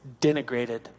denigrated